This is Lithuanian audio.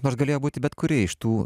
nors galėjo būti bet kuri iš tų